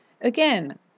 Again